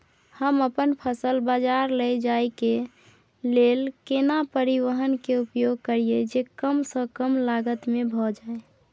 हम अपन फसल बाजार लैय जाय के लेल केना परिवहन के उपयोग करिये जे कम स कम लागत में भ जाय?